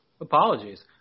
Apologies